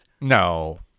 No